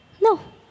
No